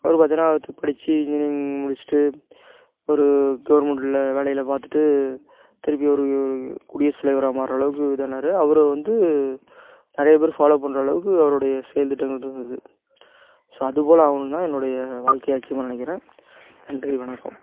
அப்றம் பார்த்தேன்னா படித்து இன்ஜினியரிங் முடிச்சுட்டு ஒரு கவர்மெண்ட்டில் வேலையில் பார்த்துட்டு திருப்பி ஒரு ஒரு குடியரசு தலைவராக மாறுற அளவுக்கு இதானார் அவரை வந்து நிறைய பேர் ஃபாலோ பண்ணுற அளவுக்கு அவருடைய செயல் திட்டங்கள் இருந்தது ஸோ அது போல் ஆகணுன்தான் என்னுடைய வாழ்க்கை லட்சியமாக நினைக்கிறேன் நன்றி வணக்கம்